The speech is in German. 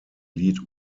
lied